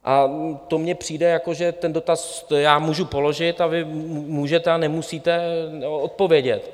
A to mně přijde, jako že ten dotaz já můžu položit a vy můžete a nemusíte odpovědět.